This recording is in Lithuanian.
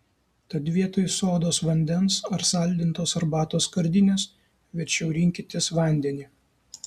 tad vietoj sodos vandens ar saldintos arbatos skardinės verčiau rinkitės vandenį